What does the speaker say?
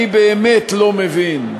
אני באמת לא מבין,